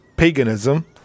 Paganism